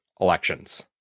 elections